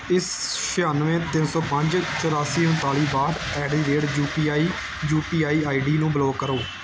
ਇਸ ਛਿਆਨਵੇਂ ਤਿੰਨ ਸੌ ਪੰਜ ਚੁਰਾਸੀ ਉਨਤਾਲੀ ਬਾਹਠ at the rate U P I U P I I D ਨੂੰ ਬਲੌਕ ਕਰੋ